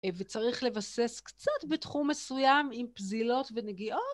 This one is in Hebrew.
וצריך לבסס קצת בתחום מסוים עם פזילות ונגיעות.